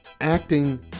acting